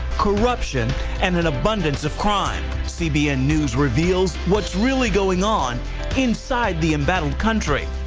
corruption and an abundance of crime. cbn news reveals what is really going on inside the embattled country.